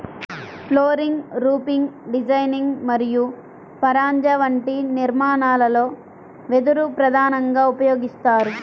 flooring, roofing designing మరియు పరంజా వంటి నిర్మాణాలలో వెదురు ప్రధానంగా ఉపయోగిస్తారు